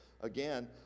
Again